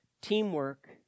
Teamwork